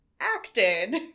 acted